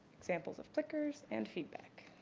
examples of plickers and feedback.